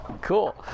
cool